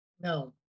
No